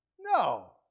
No